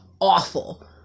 awful